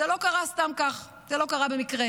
זה לא קרה סתם כך, זה לא קרה במקרה.